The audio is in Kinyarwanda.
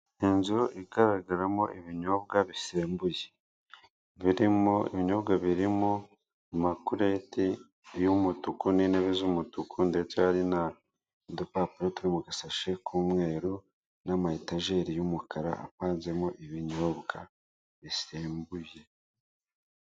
Inzu igaragaramo ibinyobwa bisenbuye ibyo binyobwa birimo amakurete, y'umutuku n'intebe z'umutuku ndetse hari na, n'udupapuro turi mu dushashi tw'umweru n'ama etajeri y'umukara harimo ibinyobwa.